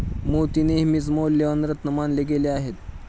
मोती नेहमीच मौल्यवान रत्न मानले गेले आहेत